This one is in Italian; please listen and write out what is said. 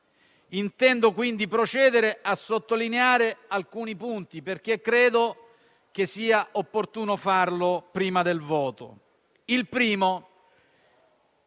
Intendo quindi procedere a sottolineare alcuni punti, perché credo sia opportuno farlo prima del voto.